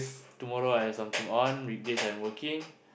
tomorrow I've something on weekdays I'm working